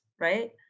right